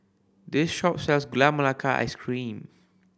this shop sells Gula Melaka Ice Cream